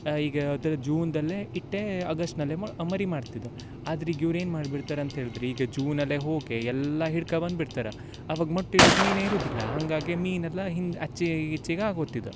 ಈಗ ಅದು ಜೂನ್ದಲ್ಲೇ ಇಟ್ಟೇ ಅಗಸ್ಟ್ನಲ್ಲೆ ಮರಿ ಮಾಡ್ತಿದೊ ಆದ್ರೀಗ ಇವ್ರೇನು ಮಾಡ್ಬಿಡ್ತಾರಂತ ಹೇಳ್ದ್ರ ಈಗ ಜೂನಲ್ಲೆ ಹೋಗೆ ಎಲ್ಲಾ ಹಿಡ್ಕ ಬಂದ್ಬಿಡ್ತಾರೆ ಅವಾಗ ಮೊಟ್ಟೆ ಇಡಕ್ಕೆ ಮೀನೇ ಇರುದಿಲ್ಲ ಹಾಗಾಗೆ ಮೀನೆಲ್ಲ ಹಿಂದೆ ಆಚೆ ಈಚೆಗೆ ಆಗಿ ಹೋತಿದೊ